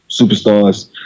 superstars